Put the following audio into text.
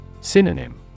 Synonym